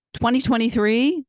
2023